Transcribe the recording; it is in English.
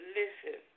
listen